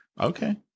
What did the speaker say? Okay